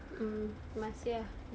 mm masih ah but